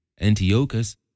Antiochus